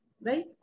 right